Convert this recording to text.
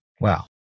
Wow